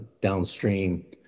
downstream